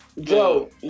Joe